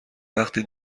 وقتی